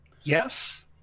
yes